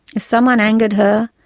if someone angered her,